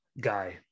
guy